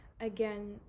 again